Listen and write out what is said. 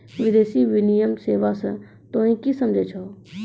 विदेशी विनिमय सेवा स तोहें कि समझै छौ